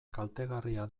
kaltegarria